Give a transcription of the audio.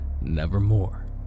Nevermore